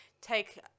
take